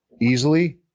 easily